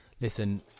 listen